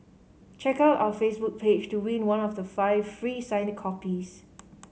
check out our Facebook page to win one of the five free signed copies